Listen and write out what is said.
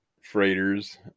freighters